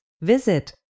Visit